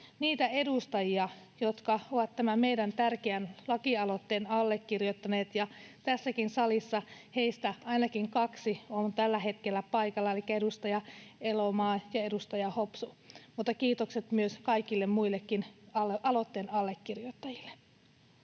niitä edustajia, jotka ovat tämän meidän tärkeän lakialoitteemme allekirjoittaneet. Tässäkin salissa heistä ainakin kaksi on tällä hetkellä paikalla — elikkä edustaja Elomaa ja edustaja Hopsu — mutta kiitokset myös kaikille muillekin aloitteen allekirjoittajille.